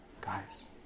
Guys